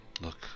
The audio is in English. Look